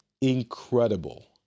incredible